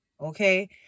okay